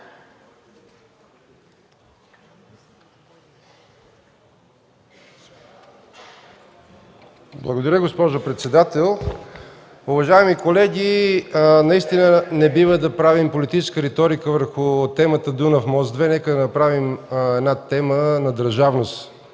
Благодаря, госпожо председател. Уважаеми колеги, наистина не бива да правим политическа реторика върху темата „Дунав мост 2”. Нека да направим една тема на държавност